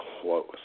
close